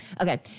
Okay